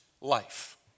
life